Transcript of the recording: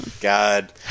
God